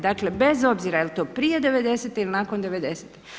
Dakle, bez obzira jel to prije '90. ili nakon '90.